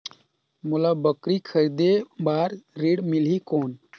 मोला बकरी खरीदे बार ऋण मिलही कौन?